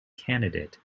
candidate